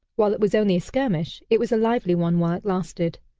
while it was only a skirmish it was a lively one while lasted.